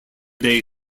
day